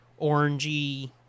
orangey